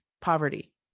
poverty